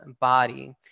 body